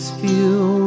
feel